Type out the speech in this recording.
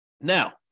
Now